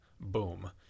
boom